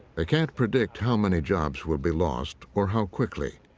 they can't predict how many jobs will be lost, or how quickly.